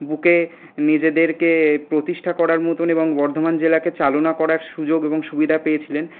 বুকে নিজেদেরকে প্রতিষ্ঠা করার মতন এবং বর্ধমান জেলাকে চালনা করার সুযোগ ও সুবিধা পেয়েছিলেন